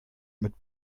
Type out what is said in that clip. mit